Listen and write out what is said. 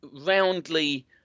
roundly